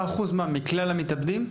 4% מכלל המתאבדים?